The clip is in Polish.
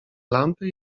lampy